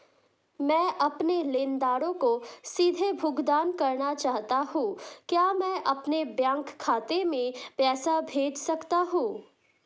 मैं अपने लेनदारों को सीधे भुगतान करना चाहता हूँ क्या मैं अपने बैंक खाते में पैसा भेज सकता हूँ?